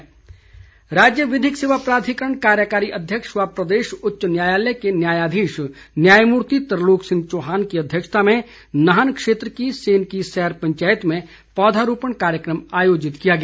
विधिक प्राधिकरण राज्य विधिक सेवा प्राधिकरण कार्यकारी अध्यक्ष व प्रदेश उच्च न्यायालय के न्यायाधीश न्यायमूर्ति तरलोक सिंह चौहान की अध्यक्षता में नाहन क्षेत्र की सेन की सैर पंचायत में पौधरोपण कार्यकम आयोजित किया गया